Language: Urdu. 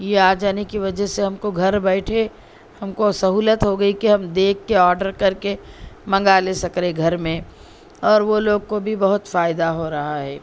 یہ آ جانے کی وجہ سے ہم کو گھر بیٹھے ہم کو سہولت ہو گئی کہ ہم دیکھ کے آڈر کر کے منگا لے سک رہے گھر میں اور وہ لوگ کو بھی بہت فائدہ ہو رہا ہے